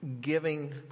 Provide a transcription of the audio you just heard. giving